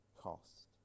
cost